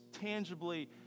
tangibly